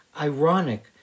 ironic